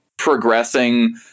progressing